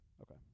Okay